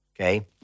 okay